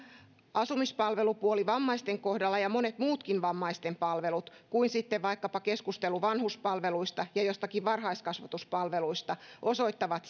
asumispalvelupuoli vammaisten kohdalla ja monet muutkin vammaisten palvelut kuin sitten vaikkapa keskustelu vanhuspalveluista ja joistakin varhaiskasvatuspalveluista osoittavat